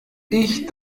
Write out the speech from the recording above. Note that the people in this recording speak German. ich